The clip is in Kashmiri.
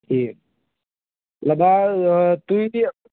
ٹھیٖک لداو تُہۍ تہِ